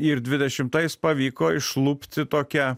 ir dvidešimtais pavyko išlupti tokia